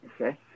Okay